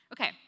Okay